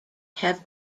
have